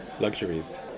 luxuries